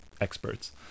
experts